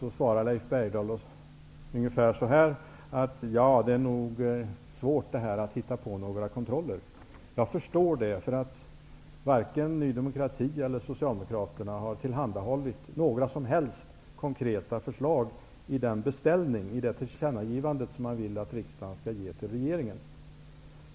Leif Bergdahl svarade ungefär så här: ''Det är nog svårt att hitta på några kontroller.'' Jag förstår det, för varken Ny demokrati eller Socialdemokraterna har tillhandahållit några som helst konkreta förslag i sin beställning till det tillkännagivande som de vill att riksdagen skall ge till regeringen.